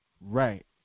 Right